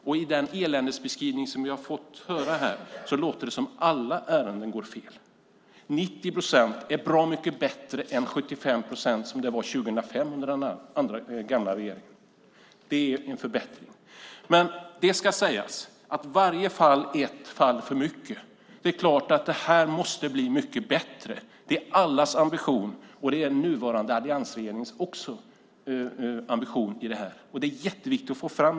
Av den eländesbeskrivning som vi fått höra låter det som om alla ärenden går fel. 90 procent är bra mycket bättre än 75 procent, som det var 2005 under den tidigare regeringen. Det har alltså skett en förbättring. Samtidigt ska det sägas att varje fall är ett fall för mycket. Det är klart att det måste bli mycket bättre. Det är allas ambition, också den nuvarande alliansregeringens, vilket är viktigt att få fram.